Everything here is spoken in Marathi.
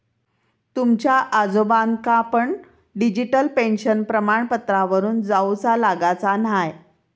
तुमच्या आजोबांका पण डिजिटल पेन्शन प्रमाणपत्रावरून जाउचा लागाचा न्हाय